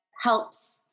helps